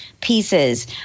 pieces